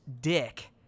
dick